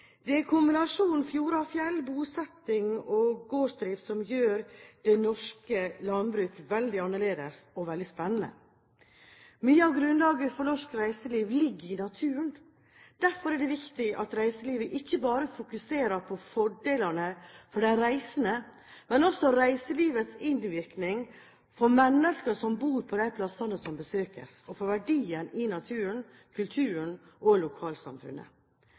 Det er kombinasjonen av fjorder og fjell, bosetting og gårdsdrift som gjør det norske landbruket veldig annerledes og veldig spennende. Mye av grunnlaget for norsk reiseliv ligger i naturen. Derfor er det viktig at reiselivet ikke bare fokuserer på fordelene for de reisende, men også på reiselivets innvirkning på mennesker som bor på stedene som besøkes, og for verdien i naturen, kulturen og lokalsamfunnet.